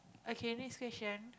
okay next question